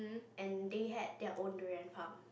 and they had their own durian farm